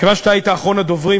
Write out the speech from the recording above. מכיוון שאתה היית אחרון הדוברים,